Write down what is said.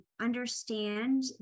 understand